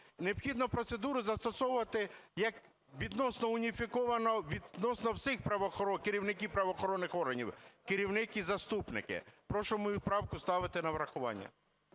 Необхідно процедуру застосовувати відносно усіх керівників правоохоронних органів: керівник і заступники. Прошу мою правку ставити на врахування.